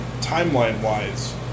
timeline-wise